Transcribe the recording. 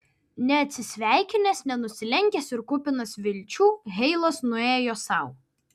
neatsisveikinęs nenusilenkęs ir kupinas vilčių heilas nuėjo sau